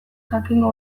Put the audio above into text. jakingo